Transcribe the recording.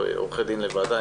ועורכי דין לוועדה.